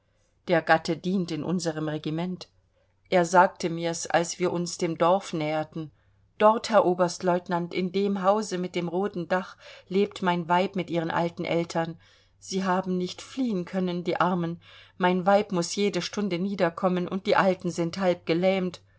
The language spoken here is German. der gatte dient in unserem regiment er sagte mir's als wir uns dem dorf näherten dort herr oberstlieutenant in dem hause mit dem roten dach lebt mein weib mit ihren alten eltern sie haben nicht fliehen können die armen mein weib muß jede stunde niederkommen und die alten sind halb gelähmt